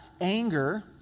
anger